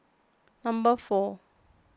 number four